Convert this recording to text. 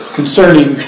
concerning